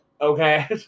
okay